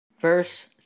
verse